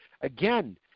again